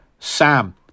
Sam